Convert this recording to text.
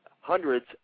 hundreds